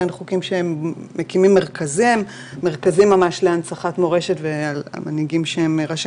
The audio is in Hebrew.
בין חוקים שממקימים מרכזים להנצחת מורשת ומנהיגים שהם ראשי